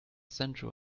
sensual